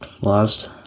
lost